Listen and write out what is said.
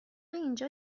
اینجا